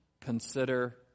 Consider